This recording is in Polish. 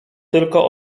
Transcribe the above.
tylko